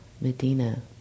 Medina